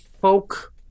folk